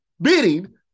bidding